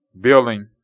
building